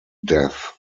death